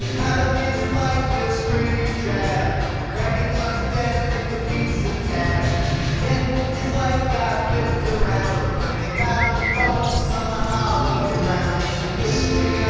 halligan's life was pretty drab racking up debt with the pizza tab then his life got flipped around when they found the bones on the hallowed ground it's the mystery of